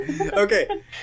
okay